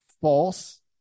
false